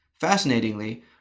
Fascinatingly